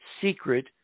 secret